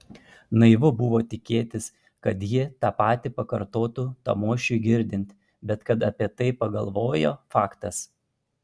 naivu buvo tikėtis kad ji tą patį pakartotų tamošiui girdint bet kad apie tai pagalvojo faktas